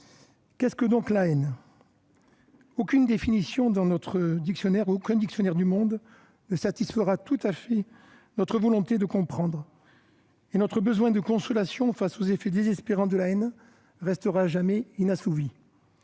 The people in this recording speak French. Qu'est-ce donc que la haine ? Aucune définition dans aucun dictionnaire du monde ne satisfera tout à fait notre volonté de comprendre. Notre besoin de consolation, face aux effets désespérants de la haine, restera à jamais inassouvi,